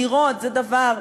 דירות זה דבר,